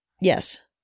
Yes